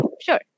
sure